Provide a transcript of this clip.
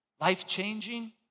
life-changing